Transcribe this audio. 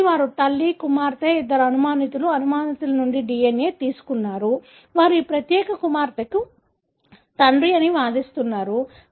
కాబట్టి వారు తల్లి కుమార్తె ఇద్దరు అనుమానితులు అనుమానితుల నుండి DNA తీసుకున్నారు వారు ఈ ప్రత్యేక కుమార్తెకు తండ్రి అని వాదిస్తున్నారు